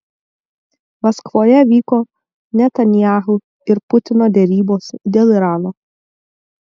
maskvoje vyko netanyahu ir putino derybos dėl irano